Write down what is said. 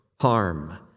harm